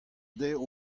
dezho